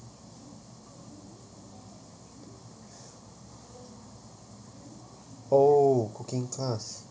oh cooking class